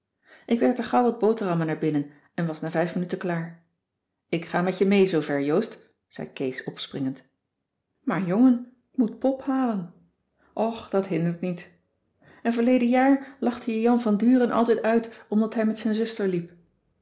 ik werkte gauw wat boterhammen naar binnen en was na vijf minuten klaar ik ga met je mee zoover joost zei kees opspringend maar jongen k moet pop halen och dat hindert niet en verleden jaar lachte je jan van duren altijd uit omdat hij met zijn zuster liep